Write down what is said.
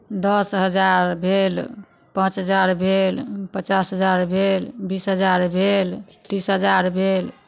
दस हजार भेल पाँच हजार भेल पचास हजार भेल बीस हजार भेल तीस हजार भेल